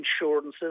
insurances